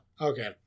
Okay